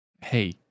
hey